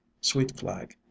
sweet-flag